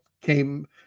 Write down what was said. came